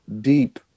deep